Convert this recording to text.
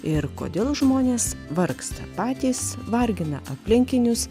ir kodėl žmonės vargsta patys vargina aplinkinius